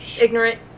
ignorant